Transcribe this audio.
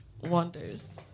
wonders